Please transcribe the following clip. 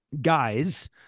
guys